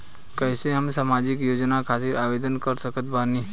कैसे हम सामाजिक योजना खातिर आवेदन कर सकत बानी?